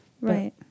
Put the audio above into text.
Right